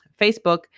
Facebook